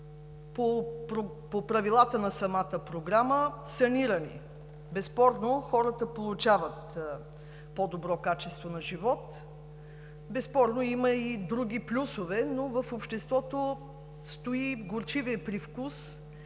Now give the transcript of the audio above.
по правилата на самата програма. Безспорно хората получават по-добро качество на живот. Безспорно има и други плюсове, но в обществото стои горчивият привкус